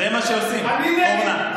זה מה שעושים, אורנה.